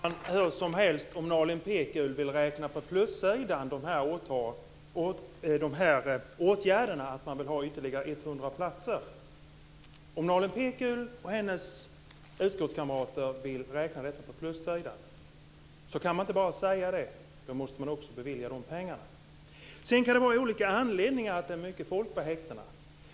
Fru talman! Hur som helst, om Nalin Pekgul och hennes utskottskamrater vill räkna de här åtgärderna, att man vill ha ytterligare 100 platser, till plussidan kan man inte bara säga det. Då måste man också bevilja de pengarna. Sedan kan det vara olika anledningar till att det är mycket folk på häktena.